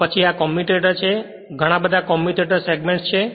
તો પછી આ કમ્યુટેટર છે આ ઘણા બધા કમ્યુએટર સેગમેન્ટ છે